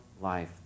life